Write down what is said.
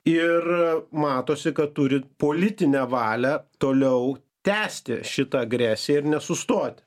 ir matosi kad turi politinę valią toliau tęsti šitą agresiją ir nesustoti